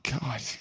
God